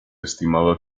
estimaba